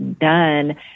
done